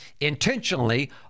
intentionally